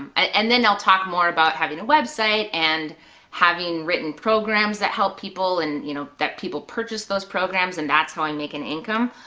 and then i'll talk more about having a website, and having written programs that help people and you know that people purchase those programs and that's how i make an income.